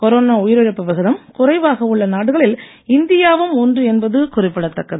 corona உயிரிழப்பு விகிதம் குறைவாக உள்ள நாடுகளில் இந்தியாவும் ஒன்று என்பது குறிப்பிடத்தக்கது